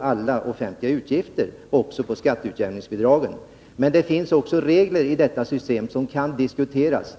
alla offentliga utgifter — också skatteutjämningsbidragen. Men det finns regler i det systemet som kan diskuteras.